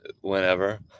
Whenever